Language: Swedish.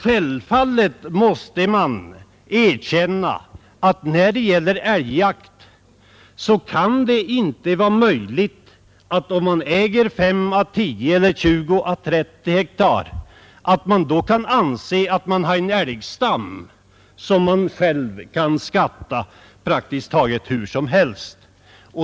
Självfallet måste man erkänna, att när det gäller älgjakten kan det inte vara möjligt att den som äger 5—10 eller 20—30 ha mark har en älgstam som han själv kan skatta praktiskt taget hur som helst.